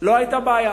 לא היתה בעיה.